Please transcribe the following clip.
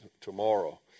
tomorrow